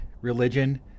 religion